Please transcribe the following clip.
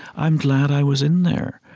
i'm glad i was in there.